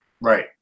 Right